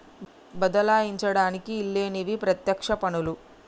బదలాయించడానికి ఈల్లేనివి పత్యక్ష పన్నులు